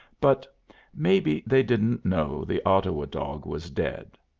but maybe they didn't know the ottawa dog was dead.